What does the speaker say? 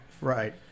right